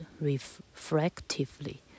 reflectively